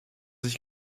ich